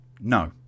No